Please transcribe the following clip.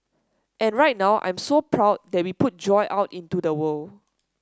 and right now I'm so proud that we put joy out into the world